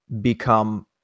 become